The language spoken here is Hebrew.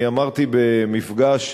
אני אמרתי במפגש